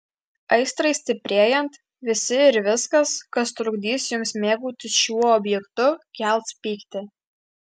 aistrai stiprėjant visi ir viskas kas trukdys jums mėgautis šiuo objektu kels pyktį